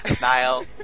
Niall